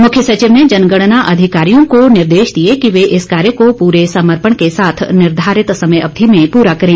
मुख्य सचिव ने जनगणना अधिकारियों को निर्देश दिए कि वे इस कार्य को पूरे समर्पण के साथ निर्धारित समय अवधि में पूरा करें